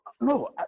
No